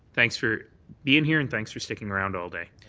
thanks for being here and thanks for sticking around all day.